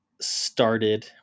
started